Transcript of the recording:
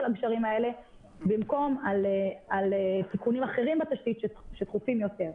הגשרים האלה במקום על תיקונים אחרים בתשתית שדחופים יותר.